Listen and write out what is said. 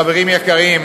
חברים יקרים,